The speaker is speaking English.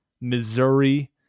Missouri